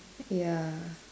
ya